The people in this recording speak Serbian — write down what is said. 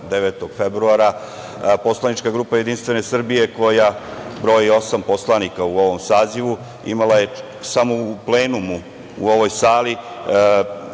9. februara poslanička grupa JS, koja broji osam poslanika u ovom sazivu, imala je samo u plenumu u ovoj sali